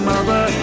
Mother